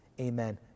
Amen